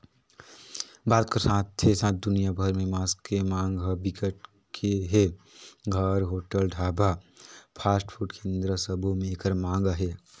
भारत कर साथे साथ दुनिया भर में मांस के मांग ह बिकट के हे, घर, होटल, ढाबा, फास्टफूड केन्द्र सबो में एकर मांग अहे